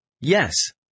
Yes